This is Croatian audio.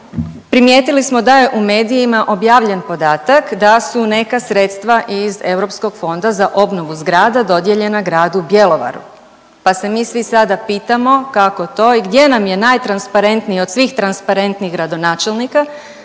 primijetili smo da je u medijima objavljen podatak da su neka sredstva iz Europskog fonda za obnovu zgrada dodijeljena gradu Bjelovaru, pa se mi svi sada pitamo kako to i gdje nam je najtransparentnije od svih transparentnih gradonačelnike